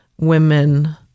women